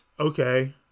okay